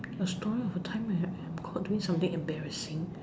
a story of a time I am caught doing something embarrassing